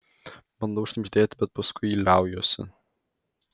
bandau šnibždėti bet paskui liaujuosi